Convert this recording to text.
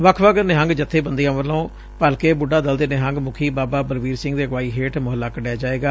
ਵੱਖ ਵੱਖ ਨਿਹੰਗ ਜਬੇਬੰਦੀਆਂ ਵਲੋ ਭਲਕੇ ਬੁੱਢਾ ਦਲ ਦੇ ਨਿਹੰਗ ਮੁਖੀ ਬਾਬਾ ਬਲਬੀਰ ਸਿੰਘ ਦੀ ਅਗਵਾਹੀ ਹੇਠ ਮੁਹੱਲਾ ਕੱਢਿਆ ਜਾਵੇਗਾ